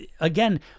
again